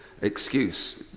excuse